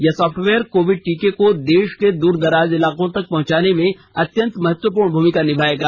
यह software Covid टीके को देश के दूर दराज इलाकों तक पहंचाने में अत्यन्त महत्वपूर्ण भूमिका निभाएगा